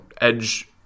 edge